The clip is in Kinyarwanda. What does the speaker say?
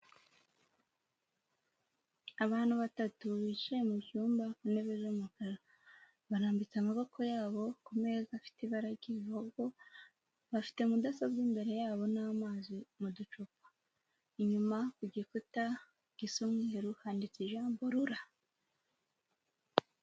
Abantu batatu bicaye mu cyumba ku ntebe z'umukara barambitse amaboko yabo ku meza afite ibara ry'ibihogo, bafite mudasobwa imbere yabo n'amazi mu ducupa, inyuma ku gikuta gisa umweru handitse ijambo Rura.